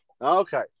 Okay